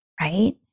right